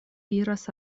iras